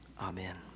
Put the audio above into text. Amen